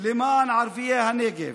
למען ערביי הנגב.